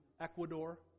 Ecuador